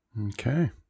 Okay